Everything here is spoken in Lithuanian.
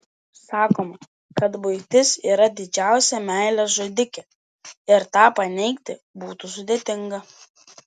sakoma kad buitis yra didžiausia meilės žudikė ir tą paneigti būtų sudėtinga